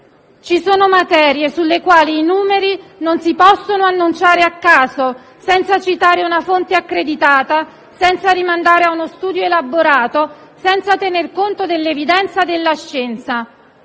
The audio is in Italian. Ci sono materie sulle quali i numeri non si possono annunciare a caso, senza citare una fonte accreditata, rimandare a uno studio elaborato o tener conto dell'evidenza della scienza.